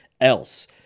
else